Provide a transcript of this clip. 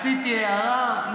אמרתי הערה.